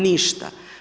Ništa.